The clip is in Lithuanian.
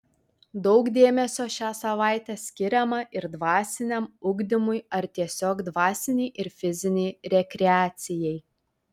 daug dėmesio šią savaitę skiriama ir dvasiniam ugdymui ar tiesiog dvasinei ir fizinei rekreacijai